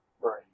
Right